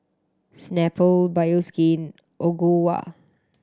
Snapple Bioskin Ogawa